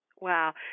Wow